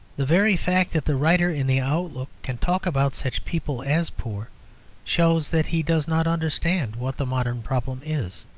the very fact that the writer in the outlook can talk about such people as poor shows that he does not understand what the modern problem is.